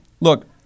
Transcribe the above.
look